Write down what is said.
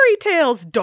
tales